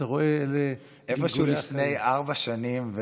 איפשהו לפני ארבע שנים,